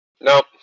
Nope